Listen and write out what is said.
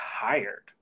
tired